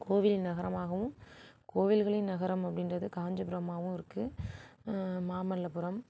கோவில் நகரமாகவும் கோவில்களின் நகரம் அப்படின்றது காஞ்சிபுரமாகவும் இருக்குது மாமல்லபுரம்